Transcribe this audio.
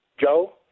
Joe